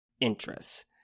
interests